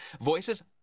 voices